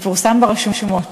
ופורסם ברשומות.